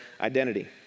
identity